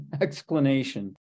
explanation